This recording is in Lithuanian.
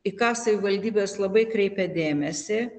į ką savivaldybės labai kreipia dėmesį